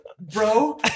bro